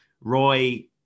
Roy